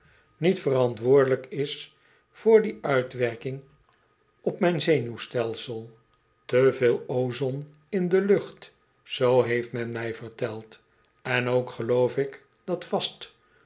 niet verantwoordelijk is voor die uitwerking op mijn zenuwstelsel te veel ozone in de lucht zoo heeft men mij verteld en ook geloof ik dat vast